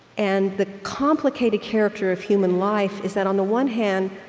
and the complicated character of human life is that, on the one hand,